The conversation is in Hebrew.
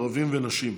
ערבים ונשים,